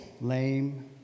lame